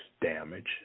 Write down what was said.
damage